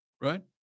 right